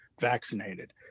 vaccinated